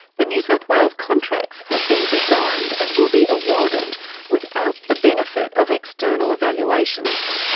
the new south wales contracts have been designed and will be awarded without the benefit of external evaluations.